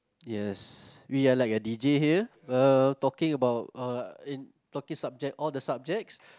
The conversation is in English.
yes we are like a d_j here uh talking about uh talking subjects all the subjects